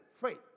faith